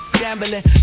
gambling